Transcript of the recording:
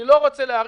אני לא רוצה להאריך,